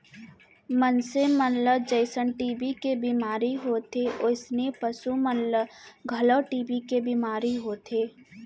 मनसे मन ल जइसन टी.बी के बेमारी होथे वोइसने पसु मन ल घलौ टी.बी के बेमारी होथे